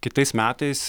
kitais metais